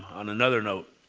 on another note,